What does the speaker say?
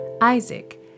Isaac